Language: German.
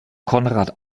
konrad